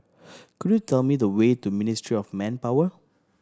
could you tell me the way to Ministry of Manpower